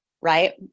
right